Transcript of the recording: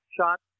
shot